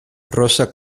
rosa